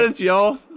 y'all